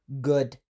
good